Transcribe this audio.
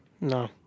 No